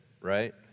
right